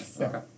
Okay